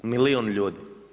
Milijun ljudi.